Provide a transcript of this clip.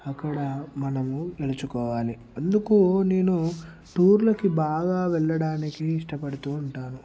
అక్కడ మనము నడుచుకోవాలి అందుకు నేను టూర్లకి బాగా వెళ్ళడానికి ఇష్టపడుతు ఉంటాను